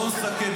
בוא נסכם,